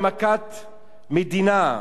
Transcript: שמקורה הוא בחופש הצפייה,